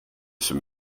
som